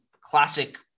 classic